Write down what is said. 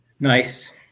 Nice